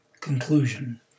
conclusion